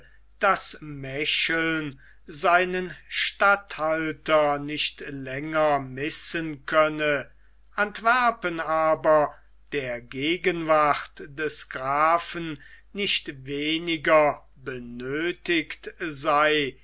daß mecheln seinen statthalter nicht länger missen könne antwerpen aber der gegenwart des grafen nicht weniger benöthigt sei